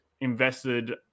invested